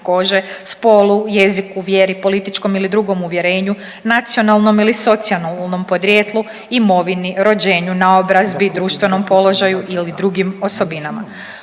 kože, spolu, jeziku, vjeri, političkom ili drugom uvjerenju, nacionalnom ili socijalnom podrijetlu, imovini, rođenju, naobrazbi i društvenom položaju ili drugim osobinama.